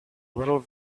little